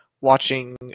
watching